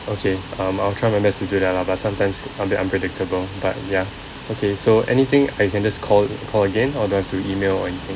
okay um I'll try my best to do that lah but sometimes a bit unpredictable but ya okay so anything I can just call call again or do I have to email or anything